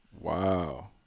Wow